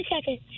seconds